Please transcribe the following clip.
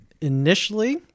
initially